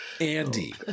Andy